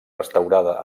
restaurada